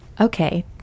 Okay